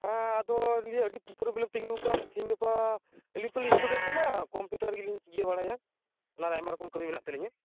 ᱦᱮᱸ ᱟᱫᱚ ᱱᱤᱭᱟᱹ ᱟᱹᱰᱤ ᱯᱨᱚᱵᱞᱮᱢ ᱛᱤᱝᱜᱩ ᱠᱟᱱ ᱛᱤᱦᱤᱧ ᱜᱟᱯᱟ ᱟᱞᱤᱧ ᱯᱟᱞᱮ ᱤᱥᱴᱩᱰᱮᱱᱴ ᱠᱟᱱᱟ ᱠᱚᱢᱯᱤᱴᱟᱨ ᱜᱮᱞᱤᱧ ᱤᱭᱟᱹ ᱵᱟᱲᱟᱭᱟ ᱚᱱᱟᱨᱮ ᱟᱭᱢᱟ ᱨᱚᱠᱚᱢ ᱠᱟᱹᱢᱤ ᱢᱮᱱᱟᱜ ᱛᱟᱞᱤᱧᱟ